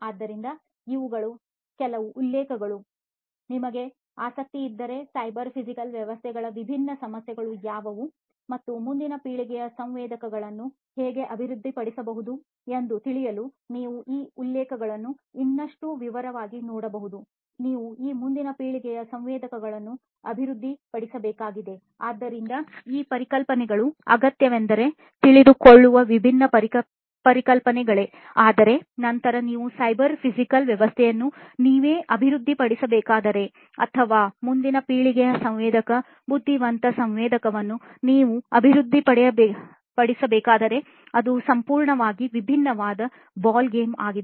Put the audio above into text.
ಆದ್ದರಿಂದ ಇವುಗಳು ಈ ಕೆಲವು ಉಲ್ಲೇಖಗಳು ಮತ್ತು ನಿಮಗೆ ಆಸಕ್ತಿಯಿದ್ದರೆ ಸೈಬರ್ ಫಿಸಿಕಲ್ ವ್ಯವಸ್ಥೆಗಳ ವಿಭಿನ್ನ ಸಮಸ್ಯೆಗಳು ಯಾವುವು ಮತ್ತು ಮುಂದಿನ ಪೀಳಿಗೆಯ ಸಂವೇದಕಗಳನ್ನು ಹೇಗೆ ಅಭಿವೃದ್ಧಿಪಡಿಸಬಹುದು ನೀವು ಈ ಮುಂದಿನ ಪೀಳಿಗೆಯ ಸಂವೇದಕಗಳನ್ನು ಅಭಿವೃದ್ಧಿಪಡಿಸಬೇಕಾದರೆ ಈ ಉಲ್ಲೇಖಗಳನ್ನು ಇನ್ನಷ್ಟು ವಿವರವಾಗಿ ನೋಡಬಹುದು ಆದ್ದರಿಂದ ಈ ಪರಿಕಲ್ಪನೆಗಳು ಅಗತ್ಯವೆಂದು ತಿಳಿದುಕೊಳ್ಳುವ ವಿಭಿನ್ನ ಪರಿಕಲ್ಪನೆಗಳು ಆದರೆ ನಂತರ ನೀವು ಸೈಬರ್ ಫಿಸಿಕಲ್ ವ್ಯವಸ್ಥೆಯನ್ನು ನೀವೇ ಅಭಿವೃದ್ಧಿಪಡಿಸಬೇಕಾದರೆ ಅಥವಾ ಮುಂದಿನ ಪೀಳಿಗೆಯ ಸಂವೇದಕ ಬುದ್ಧಿವಂತ ಸಂವೇದಕವನ್ನು ನೀವು ಅಭಿವೃದ್ಧಿಪಡಿಸಬೇಕಾದರೆ ಅದು ಸಂಪೂರ್ಣವಾಗಿ ವಿಭಿನ್ನವಾದ ಬಾಲ್ ಗೇಮ್ ಆಗಿದೆ